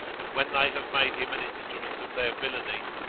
and when they have made him an instrument of their villainy,